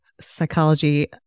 psychology